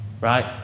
right